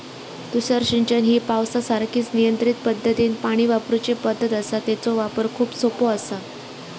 तुषार सिंचन ही पावसासारखीच नियंत्रित पद्धतीनं पाणी वापरूची पद्धत आसा, तेचो वापर खूप सोपो आसा